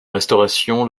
restauration